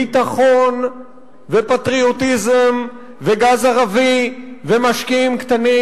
ביטחון ופטריוטיזם וגז ערבי ומשקיעים קטנים.